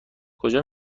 کجا